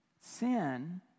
Sin